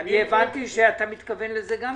הבנתי שאתה מתכוון גם לזה,